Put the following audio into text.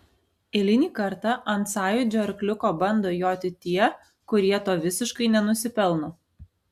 eilinį kartą ant sąjūdžio arkliuko bando joti tie kurie to visiškai nenusipelno